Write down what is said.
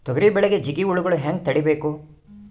ತೊಗರಿ ಬೆಳೆಗೆ ಜಿಗಿ ಹುಳುಗಳು ಹ್ಯಾಂಗ್ ತಡೀಬೇಕು?